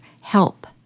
help